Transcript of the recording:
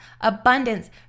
abundance